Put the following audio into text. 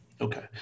Okay